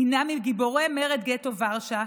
היא מגיבורי מרד גטו ורשה,